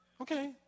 Okay